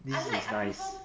this is nice